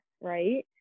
right